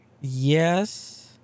Yes